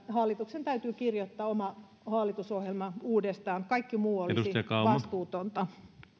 hallituksen täytyy kirjoittaa oma hallitusohjelma uudestaan kaikki muu olisi vastuutonta